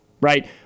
right